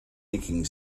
nicking